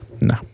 no